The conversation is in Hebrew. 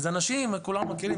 ואלו אנשים כולנו מכירים,